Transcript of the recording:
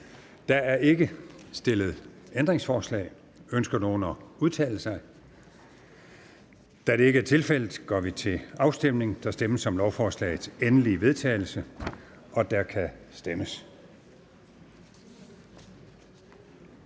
Der er ikke stillet ændringsforslag. Ønsker nogen at udtale sig? Da det ikke er tilfældet, går vi til afstemning. Kl. 09:07 Afstemning Første næstformand (Bertel Haarder): Der stemmes